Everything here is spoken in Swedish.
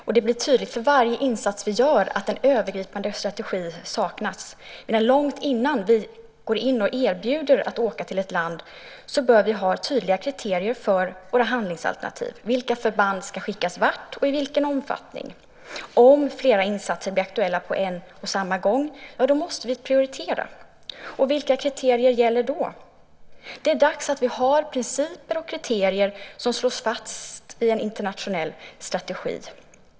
För varje insats vi gör blir det tydligt att en övergripande strategi saknas. Långt innan vi går in och erbjuder oss att åka till ett land bör vi ha tydliga kriterier för våra handlingsalternativ, vilka förband som ska skickas vart och i vilken omfattning. Om flera insatser blir aktuella på en och samma gång måste vi prioritera. Vilka kriterier gäller då? Det är dags att vi har principer och kriterier som slås fast i en internationell strategi.